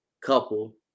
couple